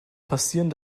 passieren